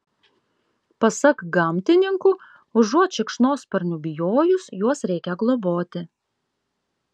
pasak gamtininkų užuot šikšnosparnių bijojus juos reikia globoti